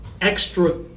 extra